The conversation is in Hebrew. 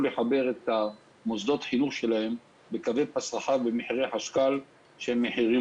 לחבר את מוסדות החינוך שלהם לקווי פס רחב במחירי חשכ"ל המוזלים.